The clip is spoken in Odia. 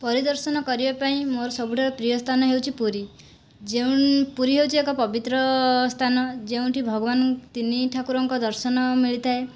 ପରିଦର୍ଶନ କରିବା ପାଇଁ ମୋର ସବୁଠାରୁ ପ୍ରିୟ ସ୍ତାନ ହେଉଛି ପୁରୀ ଯେଉଁ ପୁରୀ ହେଉଛି ଏକ ପବିତ୍ର ସ୍ତାନ ଯେଉଁଠି ଭଗବାନ ତିନି ଠାକୁରଙ୍କ ଦର୍ଶନ ମିଳିଥାଏ